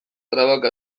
trabak